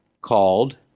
called